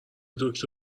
دکتر